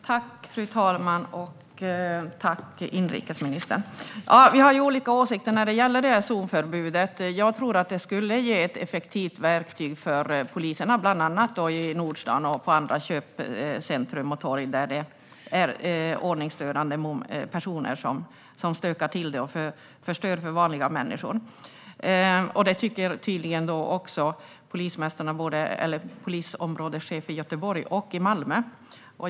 Fru ålderspresident! Tack, inrikesministern! Vi har olika åsikter när det gäller zonförbudet. Jag tror att det skulle vara ett effektivt verktyg för polisen, bland annat i Nordstan, i andra köpcentrum och på torg där ordningsstörande personer stökar till det och förstör för vanliga människor. Det tycker tydligen också polisområdescheferna i både Göteborg och Malmö.